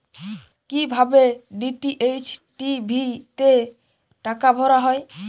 কি ভাবে DTH TV তে টাকা ভরা হয়?